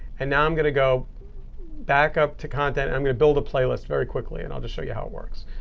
and now i'm going to go back up to content. and i'm going to build a playlist very quickly. and i'll just show you how it works.